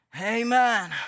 Amen